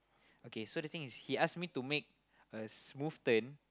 okay so the thing is he ask me to make a smooth turn